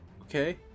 Okay